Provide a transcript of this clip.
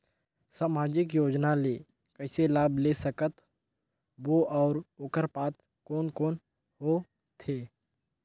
समाजिक योजना ले कइसे लाभ ले सकत बो और ओकर पात्र कोन कोन हो थे?